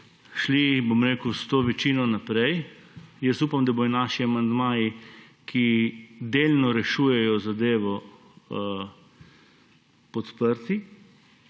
če boste šli s to večino naprej. Upam, da bodo naši amandmaji, ki delno rešujejo zadevo, podprti.